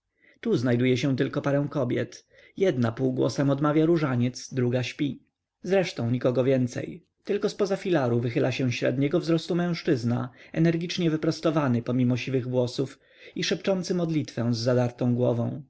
tu znajduje się tylko parę kobiet jedna półgłosem odmawia różaniec druga śpi zresztą nikogo więcej tylko zpoza filaru wychyla się średniego wzrostu mężczyzna energicznie wyprostowany pomimo siwych włosów i szepcący modlitwę z zadartą głową